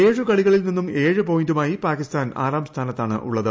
ഏഴ് കളികളിൽ നിന്നും ഏഴ് പോയിന്റുമായി പാകിസ്ഥാൻ ആറാം സ്ഥാനത്താണ് ഉള്ളത്